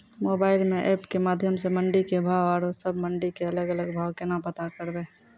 Mobile म app के माध्यम सऽ मंडी के भाव औरो सब मंडी के अलग अलग भाव केना पता करबै?